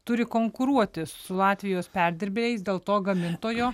turi konkuruoti su latvijos perdirbėjais dėl to gamintojo